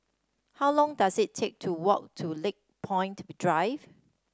how long does it take to walk to Lakepoint Drive